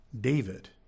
David